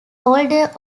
older